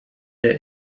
der